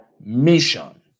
mission